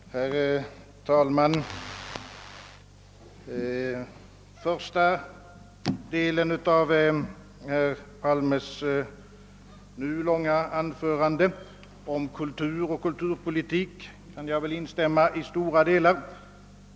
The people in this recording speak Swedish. Herr talman! I stort sett kan jag instämma i vad herr Palme sade i den första delen av sitt långa anförande om kultur och kulturpolitik.